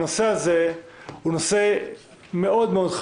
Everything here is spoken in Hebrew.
הנושא הזה חשוב מאוד.